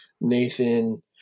nathan